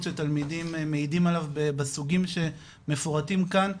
שתלמידים מעידים עליו בסוגים שמפורטים כאן,